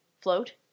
float